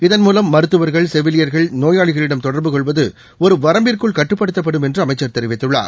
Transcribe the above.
இதன் மூலம் மருத்துவர்கள் செவிலியர்கள் நோயாளிகளிடம் தொடர்பு கொள்வது ஒரு வரம்பிற்குள் கட்டுப்படுத்தப்படும் என்று அமைச்சர் தெரிவித்துள்ளார்